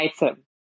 item